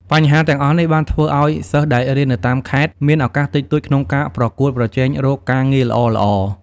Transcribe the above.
បញ្ហាទាំងអស់នេះបានធ្វើឱ្យសិស្សដែលរៀននៅតាមខេត្តមានឱកាសតិចតួចក្នុងការប្រកួតប្រជែងរកការងារល្អៗ។